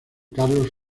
carlos